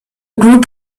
group